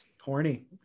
Horny